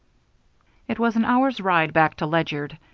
it was an hour's ride back to ledyard.